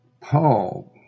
Paul